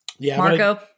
Marco